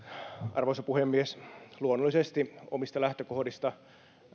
arvoisa puhemies luonnollisesti omista lähtökohdista